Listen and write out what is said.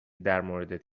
درموردت